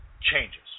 changes